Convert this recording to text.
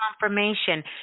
confirmation